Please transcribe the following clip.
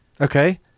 okay